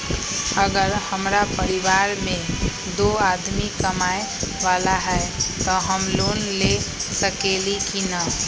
अगर हमरा परिवार में दो आदमी कमाये वाला है त हम लोन ले सकेली की न?